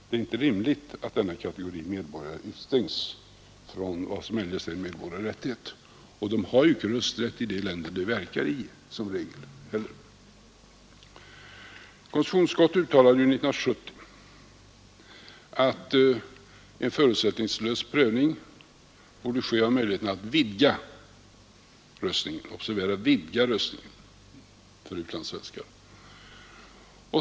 Det är inte rimligt att denna kategori av medborgare utestängs från vad som eljest är en medborgerlig rättighet. De har som regel icke heller rösträtt i de länder de verkar i. Konstitutionsutskottet uttalade 1970 att en förutsättningslös pröv ning borde ske av möjligheterna att vidga rösträtten — vidga rö: för utlandssvenskar.